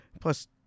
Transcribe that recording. Plus